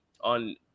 on